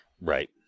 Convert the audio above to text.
Right